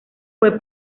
fue